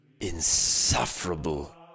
Insufferable